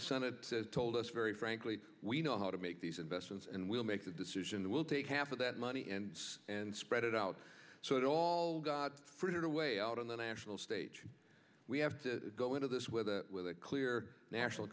senate told us very frankly we know how to make these investments and we'll make a decision that will take half of that money and and spread it out so it all got frittered away out on the national stage we have to go into this with a clear national